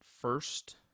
first